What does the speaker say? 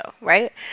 right